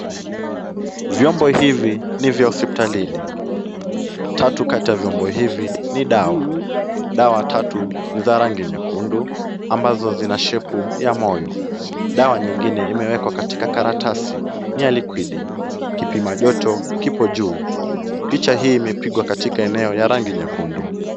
Vyombo hivi ni vya hospitalini. Tatu kati ya vyombo hivi ni dawa. Dawa tatu za rangi nyekundu ambazo zina shepu ya moyo. Dawa nyingine imewekwa katika karatasi ni ya likwidi. Kipima joto kipo juu . Picha hii imepigwa katika eneo ya rangi nyekundu.